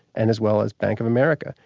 and as well as bank of america.